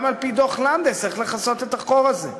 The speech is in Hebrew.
גם על-פי דוח לנדס צריך לכסות את החור הזה.